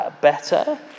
better